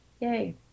yay